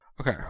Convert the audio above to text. Okay